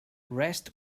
rest